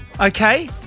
Okay